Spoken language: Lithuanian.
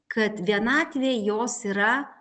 kad vienatvė jos yra